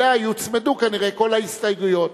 ואליה יוצמדו כנראה כל ההסתייגויות.